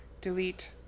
Delete